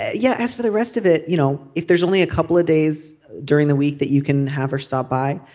yeah. as for the rest of it you know if there's only a couple of days during the week that you can have her stop by.